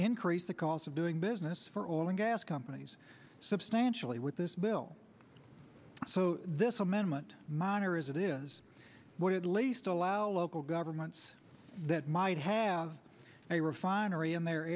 increase the cost of doing business for oil and gas companies substantially with this bill so this amendment minor as it is what at least allow local governments that might have a refinery in their